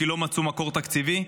כי לא מצאו מקור תקציבי.